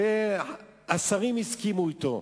והשרים הסכימו אתו.